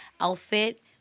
outfit